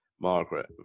Margaret